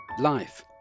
Life